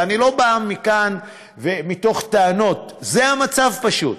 ואני לא בא כאן בטענות, זה המצב, פשוט.